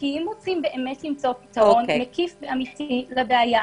כי אם רוצים למצוא פתרון מקיף ואמיתי לבעיה,